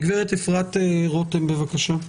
הגב' אפרת רותם, בבקשה.